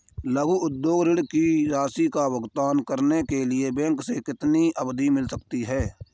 लघु उद्योग ऋण की राशि का भुगतान करने के लिए बैंक से कितनी अवधि मिल सकती है?